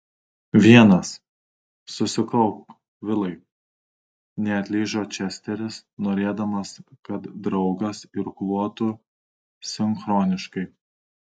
vienas susikaupk vilai neatlyžo česteris norėdamas kad draugas irkluotų sinchroniškai